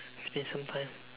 it's been some time